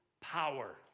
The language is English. power